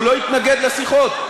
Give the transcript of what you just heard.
הוא לא התנגד לשיחות.